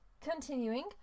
continuing